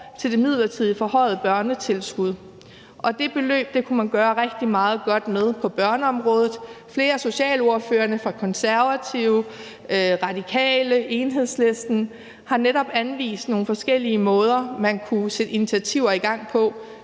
til det midlertidigt forhøjede børnetilskud, og det beløb kunne man gøre rigtig meget godt med på børneområdet. Flere af socialordførerne fra Konservative, Radikale og Enhedslisten har netop anvist nogle forskellige måder, man kunne sætte initiativer i gang på